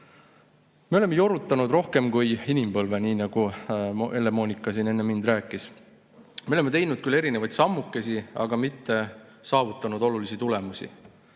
Me oleme jorutanud rohkem kui inimpõlve, nii nagu Helle-Moonika siin enne mind rääkis. Me oleme teinud küll erinevaid sammukesi, aga ei ole saavutanud olulisi tulemusi.